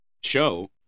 show